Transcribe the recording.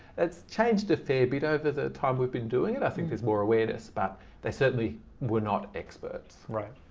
it's changed a fair bit over the time we've been doing it. i think there's more awareness, but they certainly were not experts. right.